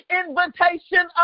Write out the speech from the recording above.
invitation